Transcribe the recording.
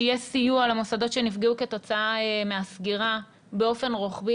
שיהיה סיוע למוסדות שנפגעו כתוצאה מהסגירה באופן רוחבי,